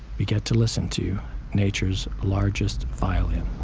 we get to listen to nature's largest violin